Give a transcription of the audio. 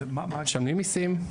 משלמים מיסים,